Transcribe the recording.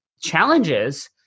challenges